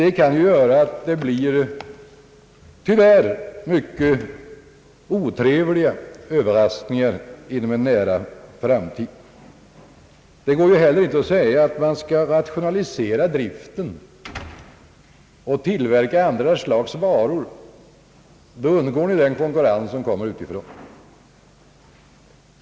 Det kan tyvärr bli mycket otrevliga överraskningar inom en nära framtid. Det går inte heller att säga att man skall rationalisera driften och tillverka andra slags varor för att därigenom undgå den konkurrens som kommer utifrån.